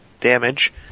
damage